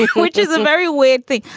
which is a very weird thing.